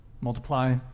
multiply